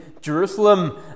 Jerusalem